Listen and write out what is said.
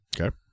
okay